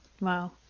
Wow